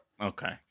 Okay